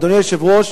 אדוני היושב-ראש,